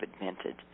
invented